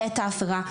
בעת ההפרה,